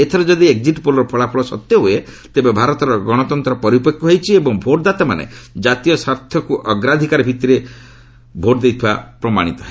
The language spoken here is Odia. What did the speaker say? ଏଥର ଯଦି ଏକ୍ଜିଟ୍ ପୋଲ୍ର ଫଳାପଳ ସତ୍ୟ ହୁଏ ତେବେ ଭାରତର ଗଣତନ୍ତ୍ର ପରିପକ୍ୱ ହେଉଛି ଏବଂ ଭୋଟ୍ଦାତାମାନେ କାତୀୟ ସ୍ୱାର୍ଥକୁ ଅଗ୍ରାଧିକାର ଭିଭିରେ ଭୋଟ୍ ଦେଇଥିବା ପ୍ରମାଣିତ ହେବ